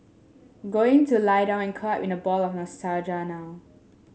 going to lie down and curl up in a ball of nostalgia now